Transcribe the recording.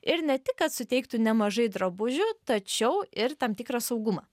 ir ne tik kad suteiktų nemažai drabužių tačiau ir tam tikrą saugumą